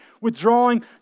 withdrawing